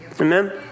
Amen